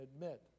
admit